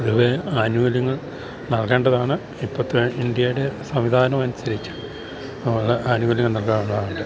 പൊതുവേ ആനുകൂല്യങ്ങൾ നൽകേണ്ടതാണ് ഇപ്പോഴത്തെ ഇന്ത്യയുടെ സംവിധാനം അനുസരിച്ച് ഉള്ള ആനുകൂല്യങ്ങൾ നൽകാനുള്ളതുണ്ട്